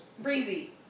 Breezy